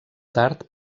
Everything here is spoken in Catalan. tard